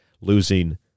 losing